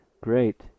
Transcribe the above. Great